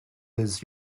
his